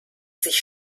sich